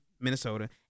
Minnesota